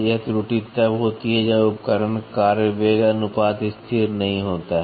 यह त्रुटि तब होती है जब उपकरण कार्य वेग अनुपात स्थिर नहीं होता है